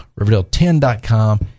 Riverdale10.com